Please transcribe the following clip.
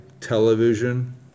television